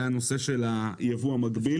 הנושא של היבוא המקביל.